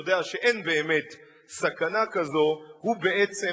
יודע שאין באמת סכנה כזו הוא בעצם,